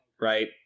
right